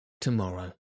tomorrow